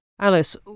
Alice